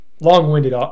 Long-winded